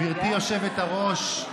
גברתי היושבת-ראש,